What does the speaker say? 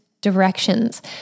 directions